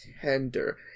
tender